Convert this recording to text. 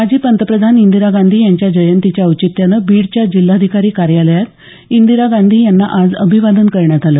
माजी पंतप्रधान इंदिरा गांधी यांच्या जयंतीच्या औचित्यानं बीडच्या जिल्हाधिकारी कार्यालयात इंदिरा गांधी यांना आज अभिवादन करण्यात आलं